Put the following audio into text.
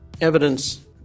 evidence